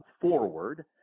forward